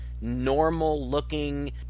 normal-looking